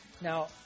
Now